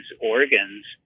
organs